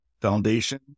foundation